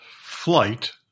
flight